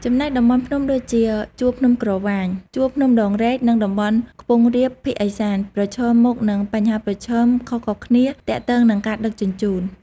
ចំណែកតំបន់ភ្នំដូចជា ជួរភ្នំក្រវាញ ជួរភ្នំដងរែក និងតំបន់ខ្ពង់រាបភាគឦសាន ប្រឈមមុខនឹងបញ្ហាប្រឈមខុសៗគ្នាទាក់ទងនឹងការដឹកជញ្ជូន។